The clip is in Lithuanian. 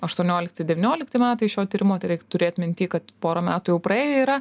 aštuoniolikti devyniolikti metai šio tyrimo tai reik turėt minty kad pora metų jau praėję yra